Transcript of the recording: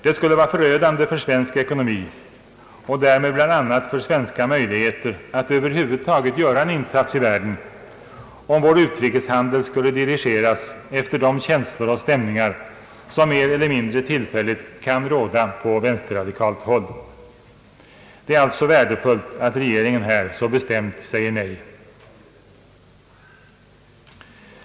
Det skulle vara förödande för svensk ekonomi — och därmed bl.a. för svenska möjligheter att över huvud taget göra en insats i världen — om vår utrikeshandel skulle dirigeras efter de känslor och stämningar som mer eller mindre tillfälligt kan råda på vänsterradikalt håll. Det är alltså värdefullt att regeringen här säger mycket bestämt nej.